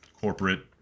corporate